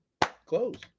close